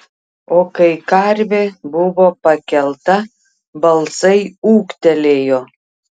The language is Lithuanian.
o kai karvė buvo pakelta balsai ūktelėjo